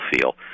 feel